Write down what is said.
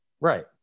Right